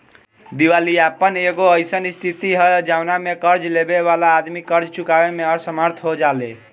दिवालियापन एगो अईसन स्थिति ह जवना में कर्ज लेबे वाला आदमी कर्ज चुकावे में असमर्थ हो जाले